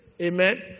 Amen